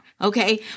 Okay